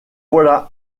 voilà